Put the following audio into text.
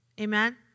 Amen